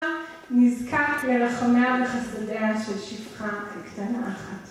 נזקק ללחמה וחסדיה של שפחה קטנה אחת.